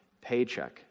paycheck